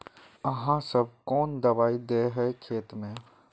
आहाँ सब कौन दबाइ दे है खेत में?